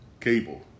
cable